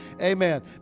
Amen